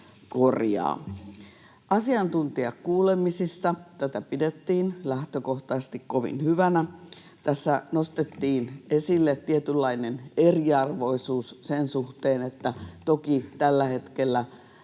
Asiantuntijakuulemisissa tätä pidettiin lähtökohtaisesti kovin hyvänä. Tässä nostettiin esille tietynlainen eriarvoisuus sen suhteen, että toki tällä hetkellä